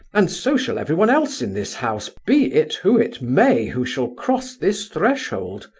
and so shall everyone else in this house, be it who it may, who shall cross this threshold.